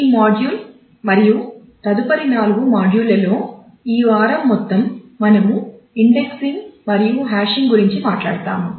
ఈ మాడ్యూల్ మరియు తదుపరి 4 మాడ్యూలల్లో ఈ వారం మొత్తం మనము ఇండెక్సింగ్ మరియు హాషింగ్ గురించి మాట్లాడుతాము